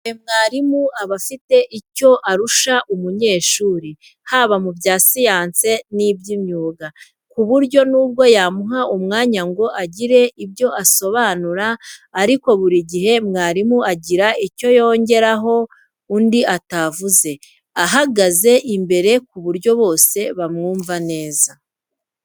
Buri gihe mwarimu aba afite icyo arusha umunyeshuri, haba mu bya siyansi n'iby'imyuga, ku buryo n'ubwo yamuha umwanya ngo agire ibyo asobanura ariko buri gihe mwarimu agira icyo yongeraho undi atavuze, ahagaze imbere ku buryo bose bamwumva neza.